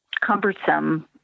cumbersome